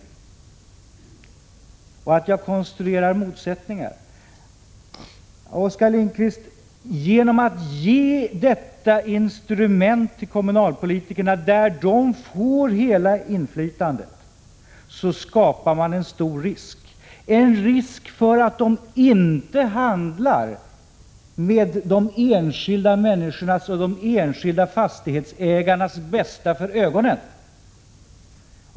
Han säger att jag konstruerar motsättningar. Oskar Lindkvist, genom att ge kommunalpolitikerna ett instrument, så att de får hela inflytandet, skapar man en stor risk för att de inte handlar med de enskilda människornas och enskilda fastighetsägarnas bästa för ögonen.